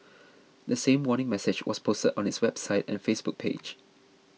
the same warning message was posted on its website and Facebook page